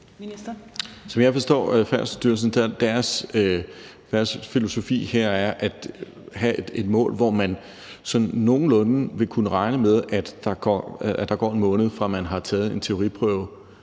er deres filosofi her at have et mål, hvor man sådan nogenlunde vil kunne regne med, at der går 1 måned, fra man har taget en teoriprøve,